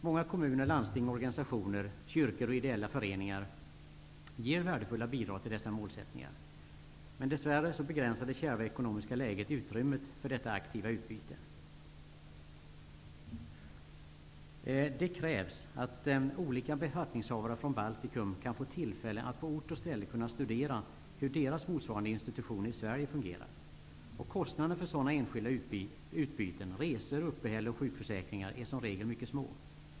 Många kommuner, landsting, organisationer, kyrkor och ideella föreningar ger värdefulla bidrag till dessa målsättningar. Dess värre begränsar det kärva ekonomiska läget utrymmet för detta aktiva utbyte. Det krävs att olika befattningshavare från Baltikum får tillfälle att på ort och ställe studera hur deras motsvarande institutioner i Sverige fungerar. Kostnaderna för sådana enskilda utbyten -- resor, uppehälle och sjukförsäkringar -- är som regel mycket små.